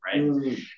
right